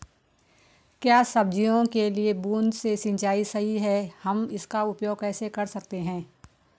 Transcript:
क्या सब्जियों के लिए बूँद से सिंचाई सही है हम इसका उपयोग कैसे कर सकते हैं?